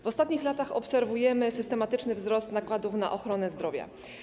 W ostatnich latach obserwujemy systematyczny wzrost nakładów na ochronę zdrowia.